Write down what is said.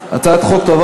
הצעת החוק הנוכחית תועבר